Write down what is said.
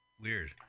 Weird